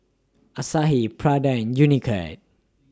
Asahi Prada and Unicurd